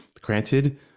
granted